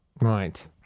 Right